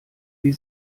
wir